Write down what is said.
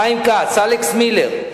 חיים כץ, אלכס מילר,